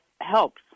helps